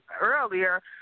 earlier